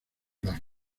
las